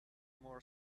more